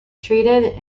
treated